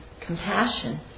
compassion